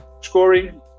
scoring